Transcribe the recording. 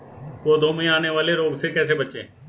पौधों में आने वाले रोग से कैसे बचें?